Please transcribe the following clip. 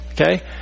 Okay